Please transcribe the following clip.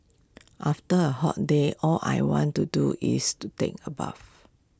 after A hot day all I want to do is to take A bath